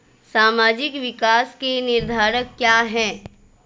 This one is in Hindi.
सामाजिक विकास के निर्धारक क्या है?